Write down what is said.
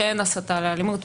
שאין הסתה לאלימות,